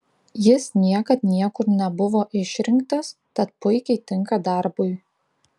jis niekad niekur nebuvo išrinktas tad puikiai tinka darbui